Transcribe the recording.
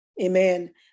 Amen